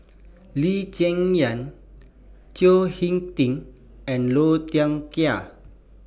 Lee Cheng Yan Chao Hick Tin and Low Thia Khiang